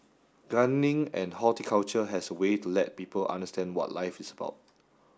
gardening and horticulture has a way to let people understand what life is about